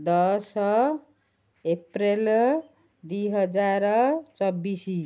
ଦଶ ଏପ୍ରିଲ ଦୁଇ ହଜାର ଚବିଶ